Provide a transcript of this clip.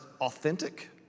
authentic